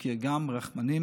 שגם הוא הזכיר, רחמנים.